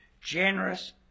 generous